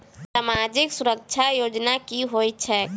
सामाजिक सुरक्षा योजना की होइत छैक?